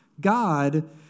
God